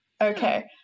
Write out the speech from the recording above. Okay